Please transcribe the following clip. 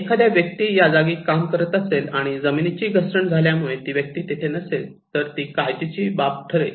एखाद्या व्यक्ती या जागी काम करत असेल आणि जमिनीची घसरण झाल्यामुळे ती व्यक्ती तेथे नसेल तर ती काळजीची बाब ठरेल